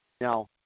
Now